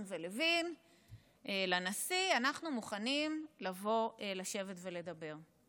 ולוין לנשיא: אנחנו מוכנים לבוא לשבת ולדבר.